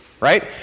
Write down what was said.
right